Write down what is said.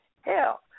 hell